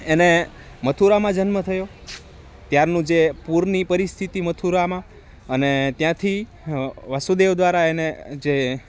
એને મથુરામાં જન્મ થયો ત્યારનું જે પૂરની પરિસ્થિતિ મથુરામાં અને ત્યાંથી વસુદેવ દ્વારા એને જે